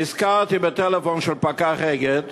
נזכרתי בטלפון של פקח "אגד"